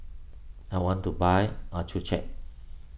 I want to buy Accucheck